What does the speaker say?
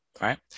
right